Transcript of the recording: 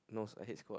no I hate squats